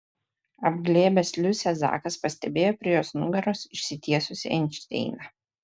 apglėbęs liusę zakas pastebėjo prie jos nugaros išsitiesusį einšteiną